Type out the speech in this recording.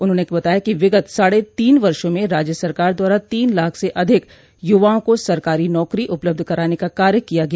उन्होंने बताया कि विगत साढ़े तीन वषो में राज्य सरकार द्वारा तीन लाख से अधिक युवाओं को सरकारी नौकरी उपलब्ध कराने का कार्य किया गया